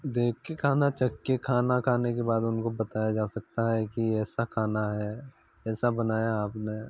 देखकर खाना चखकर खाना खाने के बाद उनको बताया जा सकता है कि ऐसा खाना है ऐसा बनाया आपने